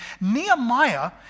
Nehemiah